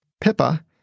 Pippa